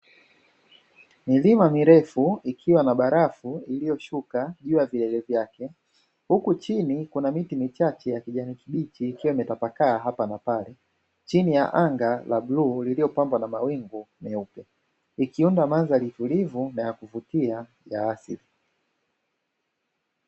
Milima mirefu ikiwa na barafu iliyoshuka juu ya vielele vyake, huku chini kuna miti michache ya kijani kibichi, ikiwa imetapakaa hapa na pale chini ya anga la bluu lililopambwa na mawingu meupe ikiunda mandhari alitulivu na ya kuvutia ya asili.